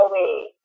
away